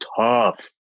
tough